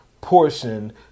portion